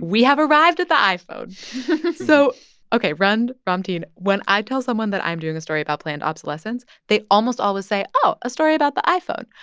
we have arrived at the iphone so ok. rund, ramtin, when i tell someone that i'm doing a story about planned obsolescence, they almost always say, oh, a story about the iphone.